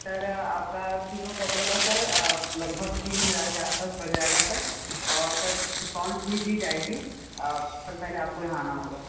sir आपका तीनों कपड़ों का सर लगभग तीन हजार के आसपास पड़ जाएगा सर और सर डिस्काउंट भी दी जाएगी पर पहले आपको यहाँ आना होगा